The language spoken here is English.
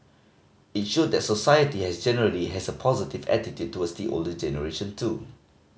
it showed that society has generally has a positive attitude towards the older generation too